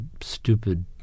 stupid